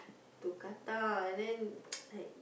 to Qatar and then like